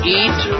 eat